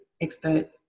expert